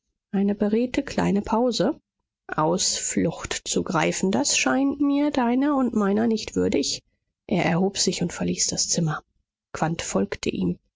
eine beredte kleine pause ausflucht zu greifen das scheint mir deiner und meiner nicht würdig er erhob sich und verließ das zimmer quandt folgte ihm